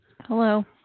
Hello